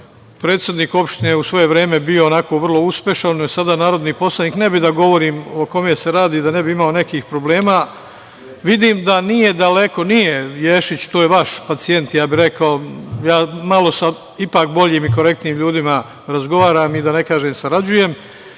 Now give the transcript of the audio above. predsednik opštine u svoje vreme bio onako vrlo uspešan, a sada je narodni poslanik, ne bih da govorim o kome se radi, da ne bilo nekih problema, vidim da nije daleko. Nije Ješić, to je vaš pacijent, ja bih rekao, ja sa malo ipak korektnijim i boljim ljudima razgovaram, da ne kažem, sarađujem